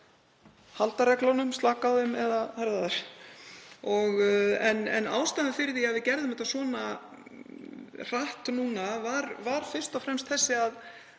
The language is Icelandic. halda reglunum, slaka á þeim eða herða þær. Ástæðan fyrir því að við gerðum þetta svona hratt núna var fyrst og fremst að